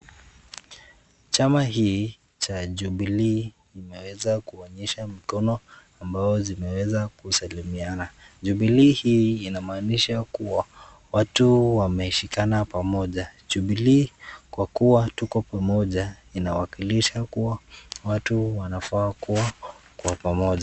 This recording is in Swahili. Chama hii cha jubilee imeweza kuonyesha mikono ambao zimeweza kusalimiana. Jubilee hii inamaanisha kuwa watu wameshikana pamoja. Jubilee kwa kuwa tuko pamoja inawakilisha kuwa watu wanafaa kuwa kwa pamoja.